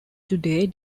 today